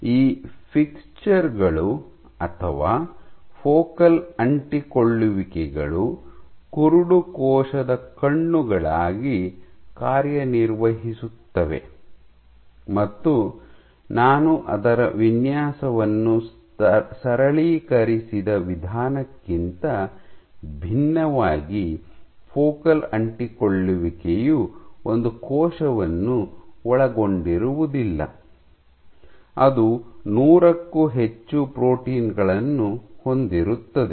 ಈ ಫಿಕ್ಸ್ಚರ್ ಗಳು ಅಥವಾ ಫೋಕಲ್ ಅಂಟಿಕೊಳ್ಳುವಿಕೆಗಳು ಕುರುಡು ಕೋಶದ ಕಣ್ಣುಗಳಾಗಿ ಕಾರ್ಯನಿರ್ವಹಿಸುತ್ತವೆ ಮತ್ತು ನಾನು ಅದರ ವಿನ್ಯಾಸವನ್ನು ಸರಳೀಕರಿಸಿದ ವಿಧಾನಕ್ಕಿಂತ ಭಿನ್ನವಾಗಿ ಫೋಕಲ್ ಅಂಟಿಕೊಳ್ಳುವಿಕೆಯು ಒಂದು ಕೋಶವನ್ನು ಒಳಗೊಂಡಿರುವುದಿಲ್ಲ ಅದು ನೂರಕ್ಕೂ ಹೆಚ್ಚು ಪ್ರೋಟೀನ್ ಗಳನ್ನು ಹೊಂದಿರುತ್ತದೆ